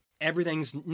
everything's